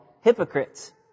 hypocrites